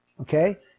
Okay